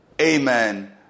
Amen